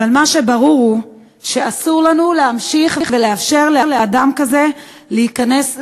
אבל מה שברור הוא שאסור לנו להמשיך לאפשר לאדם כזה להיכנס לישראל.